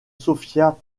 sofia